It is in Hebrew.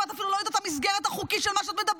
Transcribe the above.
ואת אפילו לא יודעת את המסגרת החוקית של מה שאת מדברת.